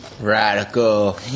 radical